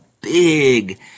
big